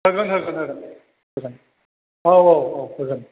होगोन होगोन औ औ होगोन